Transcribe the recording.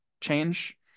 change